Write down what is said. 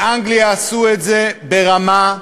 באנגליה עשו את זה ברמה,